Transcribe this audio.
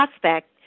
prospect